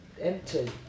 empty